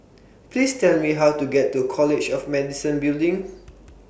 Please Tell Me How to get to College of Medicine Building